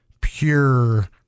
pure